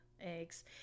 eggs